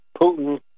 Putin